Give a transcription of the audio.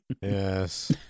Yes